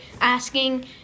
asking